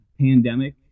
pandemic